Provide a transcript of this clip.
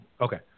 Okay